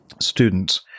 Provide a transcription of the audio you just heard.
students